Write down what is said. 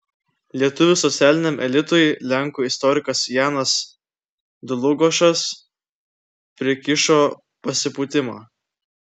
lietuvių socialiniam elitui lenkų istorikas janas dlugošas prikišo pasipūtimą